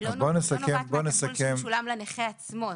לא נוגעת מהתגמול שמשולם לנכה עצמו,